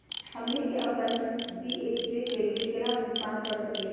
हमनी के अपन डी.टी.एच के बिल केना भुगतान कर सकली हे?